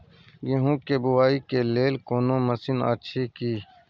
गेहूँ के बुआई के लेल कोनो मसीन अछि की?